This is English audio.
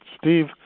Steve